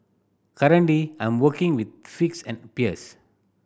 currently I'm working with figs and pears